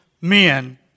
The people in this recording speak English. men